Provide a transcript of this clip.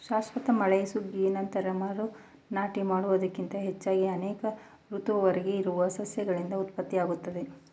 ಶಾಶ್ವತ ಬೆಳೆ ಸುಗ್ಗಿ ನಂತ್ರ ಮರು ನಾಟಿ ಮಾಡುವುದಕ್ಕಿಂತ ಹೆಚ್ಚಾಗಿ ಅನೇಕ ಋತುವರೆಗೆ ಇರುವ ಸಸ್ಯಗಳಿಂದ ಉತ್ಪತ್ತಿಯಾಗ್ತದೆ